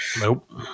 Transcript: nope